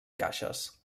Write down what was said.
caixes